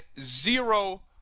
zero